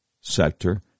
sector